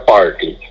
Party